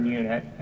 unit